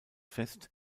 fest